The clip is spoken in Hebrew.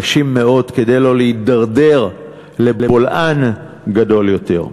קשים מאוד, כדי לא להתדרדר לבולען גדול יותר.